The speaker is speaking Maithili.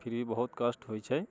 फिर भी बहुत कष्ट होइत छै